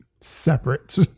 Separate